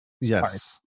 Yes